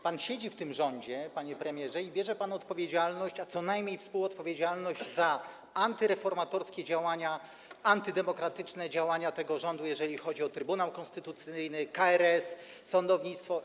Pan siedzi w tym rządzie, panie premierze, i bierze pan odpowiedzialność, a co najmniej współodpowiedzialność, za antyreformatorskie, antydemokratyczne działania tego rządu, jeżeli chodzi o Trybunał Konstytucyjny, KRS i sądownictwo.